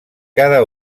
cada